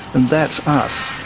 and that's us.